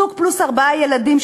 זוג פלוס ארבעה ילדים,